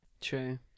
True